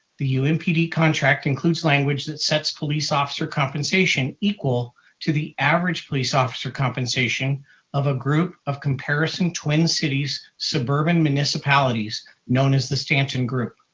the umpd contract includes language that sets police officer compensation equal to the average police officer compensation of a group of comparison twin cities suburban municipalities known as the stanton group.